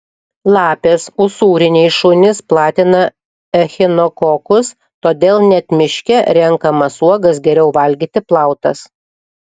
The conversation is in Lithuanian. lapės usūriniai šunys platina echinokokus todėl net miške renkamas uogas geriau valgyti plautas